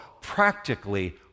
practically